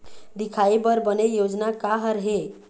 दिखाही बर बने योजना का हर हे?